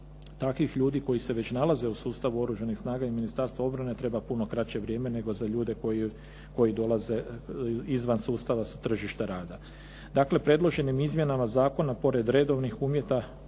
takvih ljudi koji se već nalaze u sustavu oružanih snaga i Ministarstva obrane treba puno kraće vrijeme nego za ljude koji dolaze izvan sustava tržišta rada. Dakle, predloženim izmjenama zakona pored redovnih uvjeta